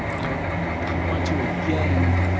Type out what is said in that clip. um i i want to again